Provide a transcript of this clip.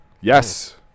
Yes